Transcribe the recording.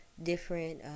Different